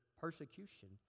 persecution